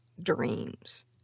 Dreams